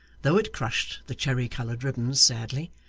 though it crushed the cherry-coloured ribbons sadly,